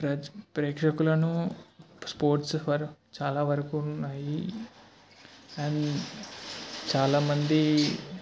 ప్రేక్ష ప్రేక్షకులను sports for చాలా వరకు ఉన్నాయి అండ్ చాలామంది